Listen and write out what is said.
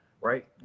right